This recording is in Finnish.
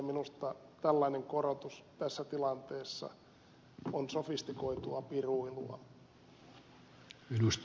minusta tällainen korotus tässä tilanteessa on sofistikoitua piruilua